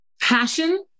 passion